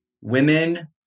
women